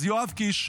יואב קיש,